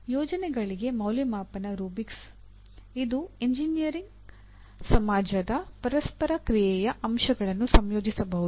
ಯೋಜನೆಗಳಿಗೆ ಮೌಲ್ಯಮಾಪನ ರೂಬ್ರಿಕ್ಸ್ ಇದು ಎಂಜಿನಿಯರ್ ಸಮಾಜದ ಪರಸ್ಪರ ಕ್ರಿಯೆಯ ಅಂಶಗಳನ್ನು ಸಂಯೋಜಿಸಬಹುದು